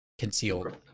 concealed